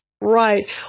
Right